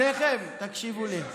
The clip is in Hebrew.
שניכם, תקשיבו לי.